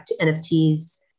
NFTs